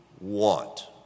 want